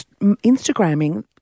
Instagramming